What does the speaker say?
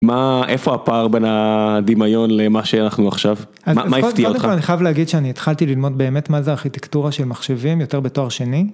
מה איפה הפער בין הדמיון למה שאנחנו עכשיו. מה הפתיע אותך? אני חייב להגיד שאני התחלתי ללמוד באמת מה זה ארכיטקטורה של מחשבים יותר בתואר שני.